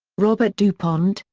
robert dupont,